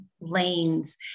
lanes